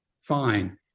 Fine